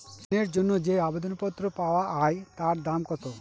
ঋণের জন্য যে আবেদন পত্র পাওয়া য়ায় তার দাম কত?